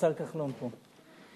השר כחלון פה.